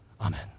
Amen